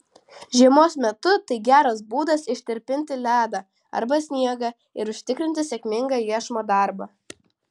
žiemos metu tai geras būdas ištirpinti ledą arba sniegą ir užtikrinti sėkmingą iešmo darbą